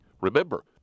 Remember